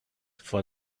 for